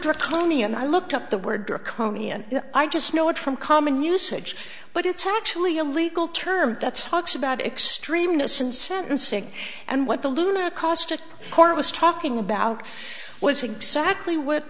draconian i looked up the word draconian i just know it from common usage but it's actually a legal term that's talks about extremeness and sentencing and what the lunar caustic court was talking about was exactly what